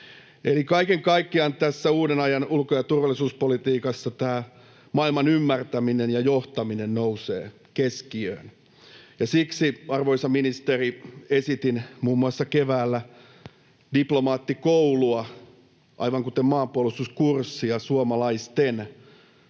kaiken kaikkiaan tässä uuden ajan ulko- ja turvallisuuspolitiikassa maailman ymmärtäminen ja johtaminen nousevat keskiöön, ja siksi, arvoisa ministeri, esitin muun muassa keväällä diplomaattikoulua, aivan kuten maanpuolustuskurssia, suomalaisten